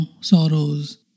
sorrows